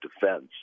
defense